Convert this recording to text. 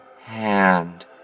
hand